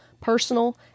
personal